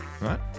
Right